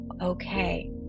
okay